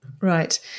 right